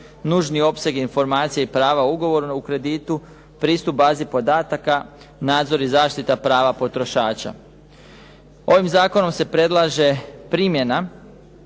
nužni opseg informacije i prava ugovora o kreditu, pristup bazi podataka, nadzor i zaštita prava potrošača. Ovim zakonom se predlaže primjena